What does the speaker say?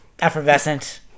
effervescent